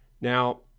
Now